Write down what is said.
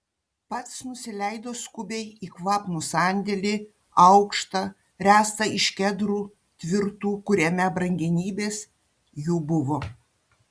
pats nusileido skubiai į kvapnų sandėlį aukštą ręstą iš kedrų tvirtų kuriame brangenybės jų buvo